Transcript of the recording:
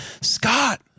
Scott